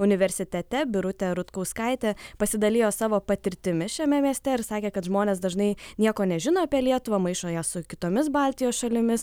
universitete birutė rutkauskaitė pasidalijo savo patirtimi šiame mieste ir sakė kad žmonės dažnai nieko nežino apie lietuvą maišo ją su kitomis baltijos šalimis